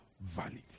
valid